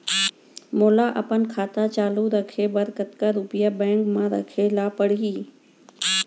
मोला अपन खाता चालू रखे बर कतका रुपिया बैंक म रखे ला परही?